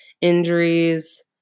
injuries